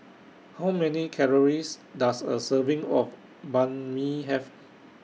How Many Calories Does A Serving of Banh MI Have